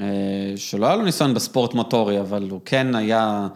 שלא היה לו ניסיון בספורט מוטורי, אבל הוא כן היה...